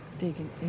Digging